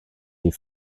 des